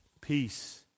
peace